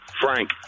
Frank